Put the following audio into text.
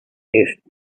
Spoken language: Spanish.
cinco